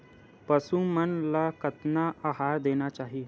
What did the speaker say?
पशु मन ला कतना आहार देना चाही?